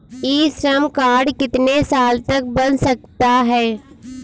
ई Shram card कितने साल तक बन सकता है?